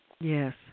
Yes